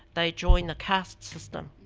they join the caste system.